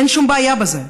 אין שום בעיה בזה,